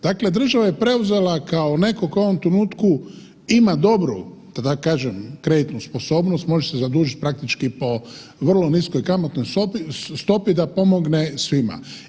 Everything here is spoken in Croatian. Dakle, država je preuzela kao netko tko u ovom trenutku ima dobru, da tako kažem kreditnu sposobnost, može se zadužiti praktički po vrlo niskom kamatnoj stopi da pomogne svima.